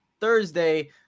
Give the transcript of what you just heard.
Thursday